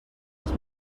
els